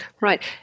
Right